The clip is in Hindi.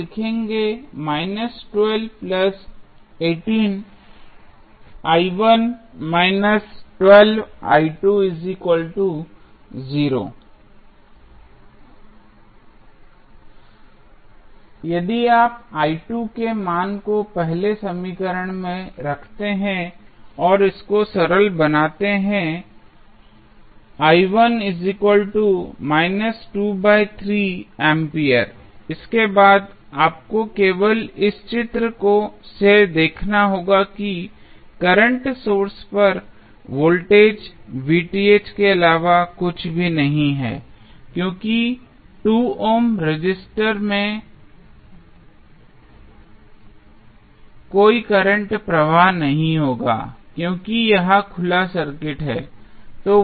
आप लिखेंगे यदि आप के मान को पहले समीकरण में रखते हैं और इसको सरल बनाते हैं इसके बाद आपको केवल इस चित्र से देखना होगा कि करंट सोर्स पर वोल्टेज के अलावा कुछ भी नहीं है क्योंकि 2ohm रजिस्टर में कोई करंट प्रवाह नहीं होगा क्योंकि यह खुला सर्किट है